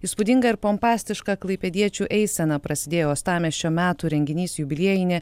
įspūdinga ir pompastiška klaipėdiečių eisena prasidėjo uostamiesčio metų renginys jubiliejinė